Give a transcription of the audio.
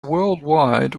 worldwide